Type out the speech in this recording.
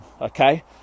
okay